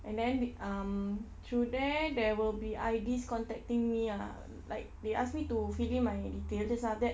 and then um through there there will be I_Ds contacting me ah like they ask me to fill in my details just like that